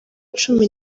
cumi